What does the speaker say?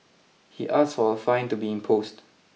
he asked for a fine to be imposed